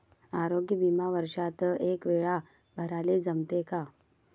आरोग्य बिमा वर्षात एकवेळा भराले जमते का?